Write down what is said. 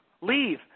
leave